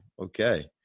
Okay